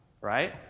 Right